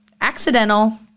Accidental